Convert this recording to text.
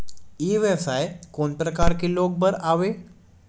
ई व्यवसाय कोन प्रकार के लोग बर आवे?